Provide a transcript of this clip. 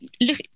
look